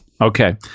Okay